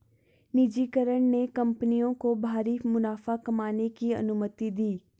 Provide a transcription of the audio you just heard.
निजीकरण ने कंपनियों को भारी मुनाफा कमाने की अनुमति दी